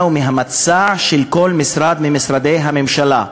ומהמצע של כל משרד ממשרדי הממשלה,